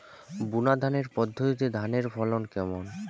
বুনাধানের পদ্ধতিতে ধানের ফলন কেমন?